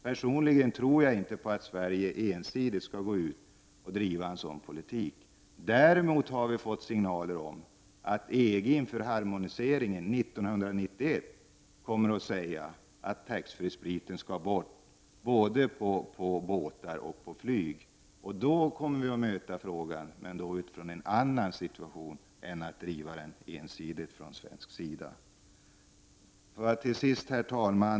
Personligen tror jag inte på att Sverige ensidigt skall driva en sådan politik. Däremot har vi fått signaler om att EG inför harmoniseringen 1991 kommer att fatta beslut om att försäljning av tullfri sprit skall tas bort, på både båtar och flyg. Då kommer vi att få ta ställning till denna fråga, men då från en annan utgångspunkt än den nuvarande, dvs. att Sverige ensidigt skulle driva den frågan. Herr talman!